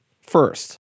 First